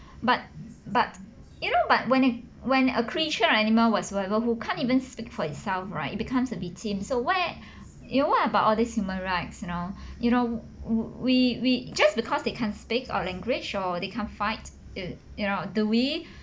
but but you know but when a when a creature animal or whatsoever who can't even speak for itself right it becomes a victim so where you want about all these human rights you know you know we we just because they can't speak our language or they can't fight you you know do we